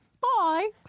Bye